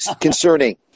Concerning